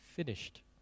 finished